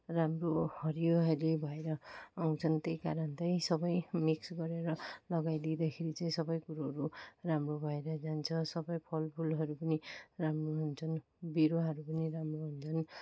राम्रो हरियो हरियै भएर आउँछन् त्यही कारण चाहिँ सबै मिक्स गरेर लगाइदिँदा खेरि चाहिँ सबै कुराहरू राम्रो भएर जान्छ सबै फलफुलहरू पनि राम्रो हुन्छन् बिरुवाहरू पनि राम्रो हुन्छन्